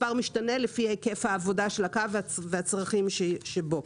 מספר משתנה לפי היקף העבודה של הקו והצרכים שבו.